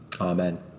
Amen